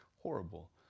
horrible